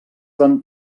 van